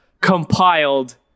compiled